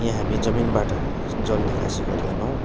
यहाँ हामी जमिनबाट जल निकासी गर्दैनौँ